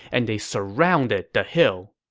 and they surrounded the hill.